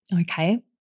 okay